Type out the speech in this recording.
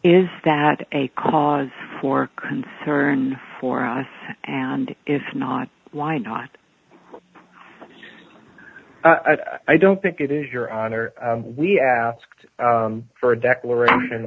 is that a cause for concern for us and if not why not i don't think it is your honor we asked for a declaration